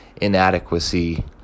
inadequacy